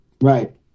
Right